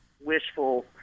wishful